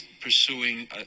pursuing